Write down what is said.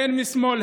הן משמאל,